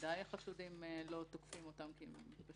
בוודאי החשודים לא תוקפים אותם כי יש